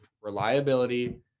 reliability